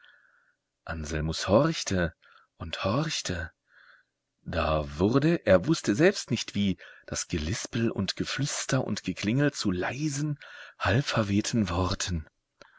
anselmus horchte und horchte da wurde er wußte selbst nicht wie das gelispel und geflüster und geklingel zu leisen halbverwehten worten